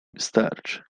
wystarczy